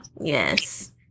yes